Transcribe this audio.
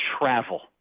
travel